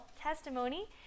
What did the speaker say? testimony